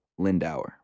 Lindauer